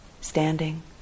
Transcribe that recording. standing